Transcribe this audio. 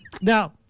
Now